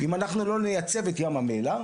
אם אנחנו לא נייצב את ים המלח,